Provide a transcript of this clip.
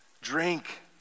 drink